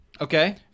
Okay